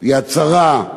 "יד שרה",